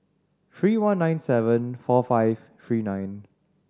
three one nine seven four five three nine